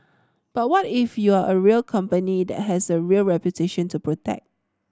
but what if you are a real company that has a real reputation to protect